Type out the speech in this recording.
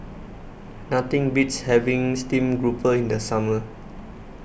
Nothing Beats having Steamed Grouper in The Summer